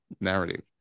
narrative